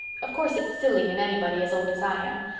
of course it's silly in anybody as old as i am.